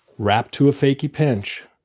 wrap to a fakey pinch.